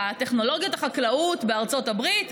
את טכנולוגיות החקלאות בארצות הברית,